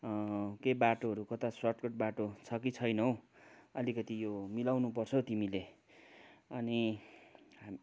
केही बाटोहरू कता सर्टकट बाटो छ कि छैन हौ अलिकति यो मिलाउनुपर्छ हौ तिमीले अनि हामी